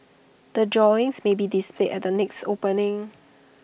the drawings may be displayed at the next opening